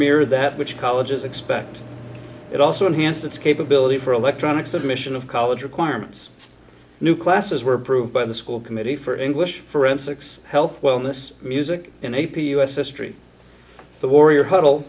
mirror that which colleges expect it also enhanced its capability for electronic submission of college requirements new classes were approved by the school committee for english forensics health wellness music in a p u s history the warrior huddle